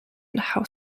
how